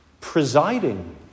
presiding